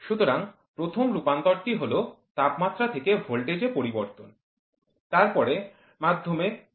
সুতরাং প্রথম রূপান্তরটি হল তাপমাত্রা থেকে ভোল্টেজে পরিবর্তন